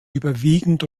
überwiegend